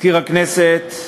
מזכיר הכנסת,